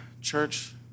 Church